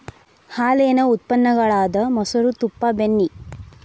ಹಾಲೇನ ಉತ್ಪನ್ನ ಗಳಾದ ಮೊಸರು, ತುಪ್ಪಾ, ಬೆಣ್ಣಿ